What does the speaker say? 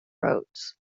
roads